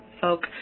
folk